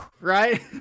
Right